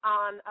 on